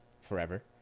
forever